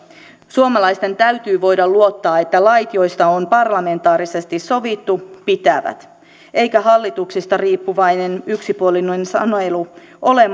suomalaisten täytyy voida luottaa että lait joista on parlamentaarisesti sovittu pitävät eikä hallituksista riippuvainen yksipuolinen sanelu ole